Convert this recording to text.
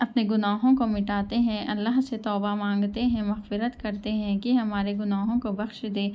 اپنے گناہوں کو مٹاتے ہیں اللّہ سے توبہ مانگتے ہیں مغفرت کرتے ہیں کہ ہمارے گناہوں کو بخش دے